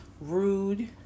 rude